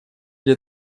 для